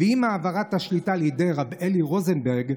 ועם העברת השליטה לידי רב אלי רוזנברג,